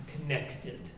connected